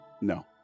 No